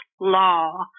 law